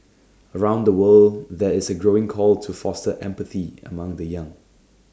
around the world there is A growing call to foster empathy among the young